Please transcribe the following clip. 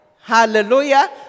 Hallelujah